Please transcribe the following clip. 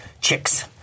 chicks